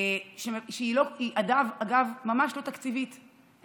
שהיא ממש לא תקציבית,